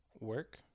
work